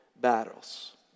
battles